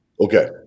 Okay